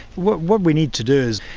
what what we need to do,